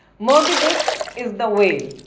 moby dick is the whale.